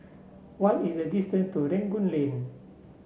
what is the distance to Rangoon Lane